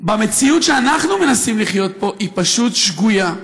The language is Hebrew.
במציאות שאנחנו מנסים לחיות פה היא פשוט שגויה.